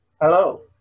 Hello